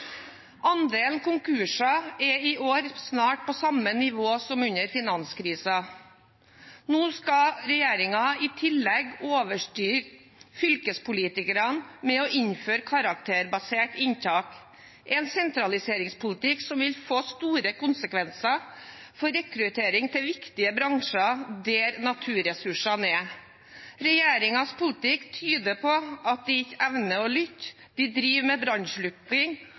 Andelen konkurser er i år snart på samme nivå som under finanskrisen. Nå skal regjeringen i tillegg overstyre fylkespolitikerne ved å innføre karakterbasert inntak, en sentraliseringspolitikk som vil få store konsekvenser for rekruttering til viktige bransjer der naturressursene er. Regjeringens politikk tyder på at de ikke evner å lytte. De driver med